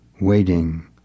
waiting